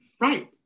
Right